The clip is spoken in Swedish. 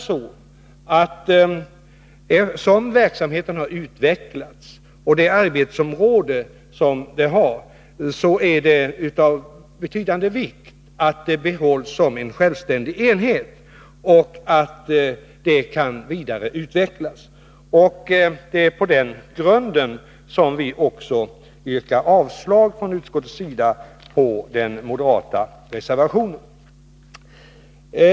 Såsom verksamheten har utvecklats bedömer vi det vara av betydande vikt att institutet behålls såsom en självständig enhet. På den grunden yrkar utskottet avslag på den moderata reservationen.